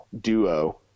duo